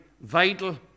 vital